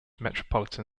metropolitan